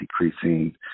decreasing